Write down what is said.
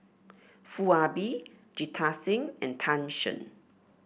Foo Ah Bee Jita Singh and Tan Shen